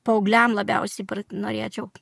paaugliam labiausiai norėčiau